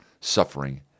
suffering